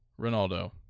Ronaldo